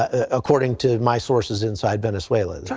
ah according to my sources inside venezuela.